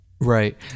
Right